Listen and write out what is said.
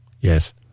Yes